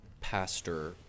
pastor